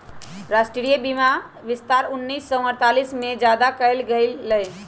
राष्ट्रीय बीमा विस्तार उन्नीस सौ अडतालीस में ज्यादा कइल गई लय